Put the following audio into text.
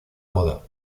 moda